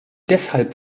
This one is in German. deshalb